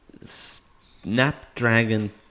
Snapdragon